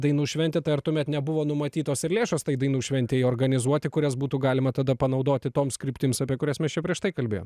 dainų šventę tai ar tuomet nebuvo numatytos ir lėšos tai dainų šventei organizuoti kurias būtų galima tada panaudoti toms kryptims apie kurias mes čia prieš tai kalbėjom